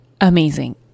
amazing